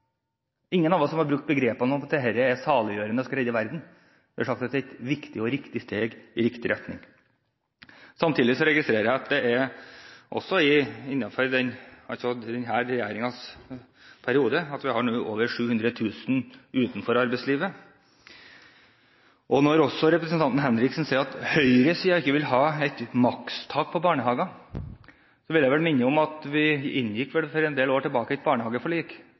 Ingen av oss har brukt begrep som at dette er saliggjørende og skal redde verden. Vi har sagt at det er et viktig og riktig steg i riktig retning. Samtidig registrerer jeg – også innenfor denne regjeringsperioden – at vi nå har over 700 000 utenfor arbeidslivet. Når representanten Henriksen sier at høyresiden ikke vil ha en makspris på barnehager, vil jeg minne om at vi for en del år tilbake inngikk et barnehageforlik